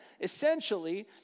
essentially